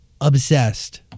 Obsessed